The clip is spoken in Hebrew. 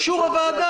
בדיוק, לאישור הוועדה.